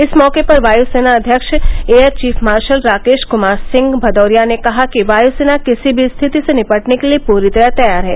इस मौके पर वायुसेना अध्यक्ष air chief marshal Rakesh Kumar Singh Bhadauria ने कहा कि वायुसेना किसी भी स्थिति से निपटने के लिए पूरी तरह तैयार है